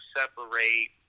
separate